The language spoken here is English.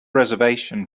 reservation